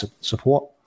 support